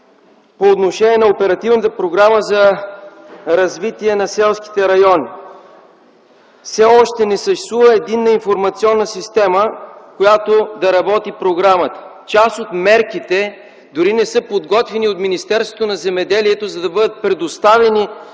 по отношение на Оперативната програма за развитие на селските райони все още не съществува единна информационна система, която да работи по програмата. Част от мерките дори не са подготвени от Министерството на земеделието и храните, за да бъдат предоставени